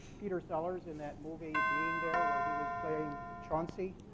peter sellers in that movie, being there, where he was playing chauncey,